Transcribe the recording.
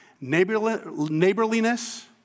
neighborliness